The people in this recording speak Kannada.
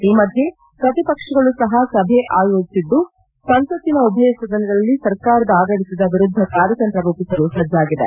ಈ ಮಧ್ಯೆ ಪ್ರತಿಪಕ್ಷಗಳೂ ಸಹ ಸಭೆ ಆಯೋಜಿಸಿದ್ದು ಸಂಸತ್ತಿನ ಉಭಯ ಸದನಗಳಲ್ಲಿ ಸರ್ಕಾರದ ಆಡಳಿತದ ವಿರುದ್ದ ಕಾರ್ಯತಂತ್ರ ರೂಪಿಸಲು ಸಜ್ಞಾಗಿವೆ